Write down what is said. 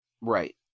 right